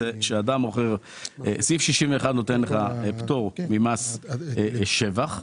סעיף 61 נותן פטור ממס שבח,